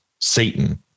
Satan